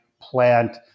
plant